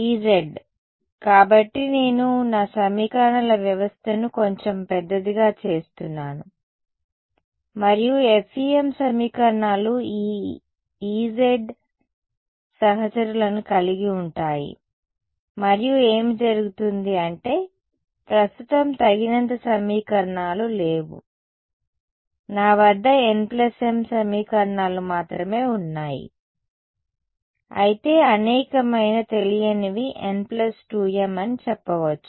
Ez కాబట్టి నేను నా సమీకరణాల వ్యవస్థను కొంచెం పెద్దదిగా చేస్తున్నాను మరియు FEM సమీకరణాలు ఈ Ez సహచరులను కలిగి ఉంటాయి మరియు ఏమి జరుగుతుంది అంటే ప్రస్తుతం తగినంత సమీకరణాలు లేవు నా వద్ద nm సమీకరణాలు మాత్రమే ఉన్నాయి అయితే అనేకమైన తెలియనివి n2m అని చెప్పవచ్చు